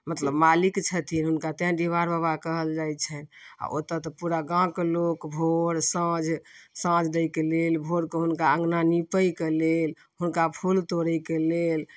मतलब मालिक छथिन हुनका तै डिहबार बाबा कहल जाइत छनि आ ओतऽ तऽ पूरा गाँवके लोक भोर साँझ साँझ दै कऽ लेल भोर कऽ हुनका अङ्गना निपै कऽ लेल हुनका फूल तोड़ै कऽ लेल